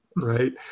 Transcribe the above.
right